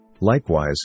Likewise